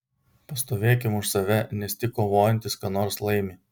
pastovėkim už save nes tik kovojantys ką nors laimi